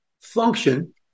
function